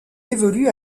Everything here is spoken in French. évolue